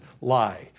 lie